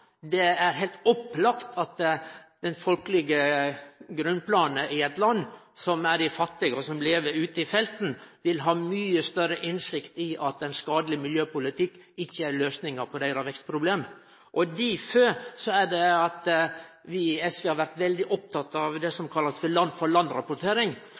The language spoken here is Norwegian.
Det er heilt opplagt at det folkelege grunnplanet i eit land, som er dei fattige som lever ute i felten, vil ha mykje større innsikt i at ein skadeleg miljøpolitikk ikkje er løysinga på deira vekstproblem. Difor har vi i SV vore veldig opptekne av det